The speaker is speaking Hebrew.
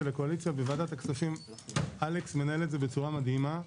וקואליציה - בוועדת הכספים אלכס מנהל את זה בצורה מדהימה.